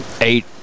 Eight